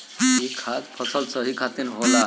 ई खाद फसल खातिर सही होला